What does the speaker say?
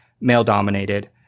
male-dominated